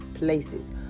places